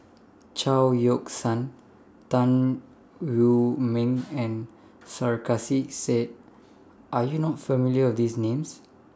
Chao Yoke San Tan Wu Meng and Sarkasi Said Are YOU not familiar with These Names